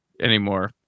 anymore